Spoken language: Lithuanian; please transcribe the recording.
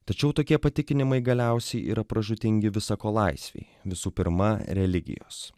tačiau tokie patikinimai galiausiai yra pražūtingi visa ko laisvei visų pirma religijos